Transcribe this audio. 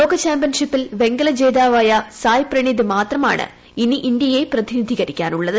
ലോകചാമ്പ്യൻഷിപ്പിൽ വെങ്കലജേതാവായ സായ്പ്രണീത് മാത്രമാണ് ഇനി ഇന്ത്യയെ പ്രതിനിധീകരിക്കാനുള്ളത്